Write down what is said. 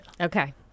Okay